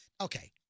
Okay